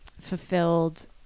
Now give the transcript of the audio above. fulfilled